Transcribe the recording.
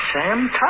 Sam